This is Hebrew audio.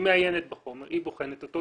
היא מעיינת בחומר, היא בוחנת אותו.